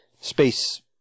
Space